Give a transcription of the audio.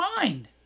mind